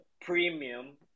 premium